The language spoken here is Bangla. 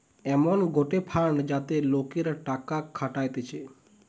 এমন গটে ফান্ড যাতে লোকরা টাকা খাটাতিছে